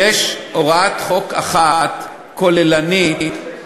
יש הוראת חוק אחת כוללנית,